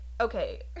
okay